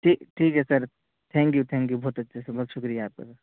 ٹھیک ٹھیک ہے sir thank you thank you بہت اچھے سر بہت شکریہ آپ کا